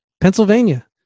Pennsylvania